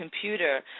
computer